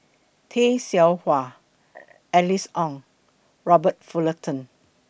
Tay Seow Huah Alice Ong Robert Fullerton